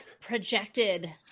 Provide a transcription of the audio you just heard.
projected